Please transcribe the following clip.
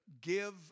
Give